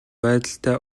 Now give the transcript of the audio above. байдалтай